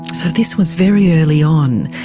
so this was very early on.